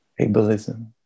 ableism